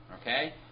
Okay